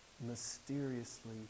mysteriously